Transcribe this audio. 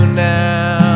now